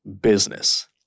business